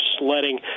sledding